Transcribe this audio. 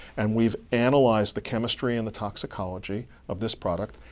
and we've analyzed the chemistry and the toxicology of this product.